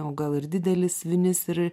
o gal ir didelis vinis ir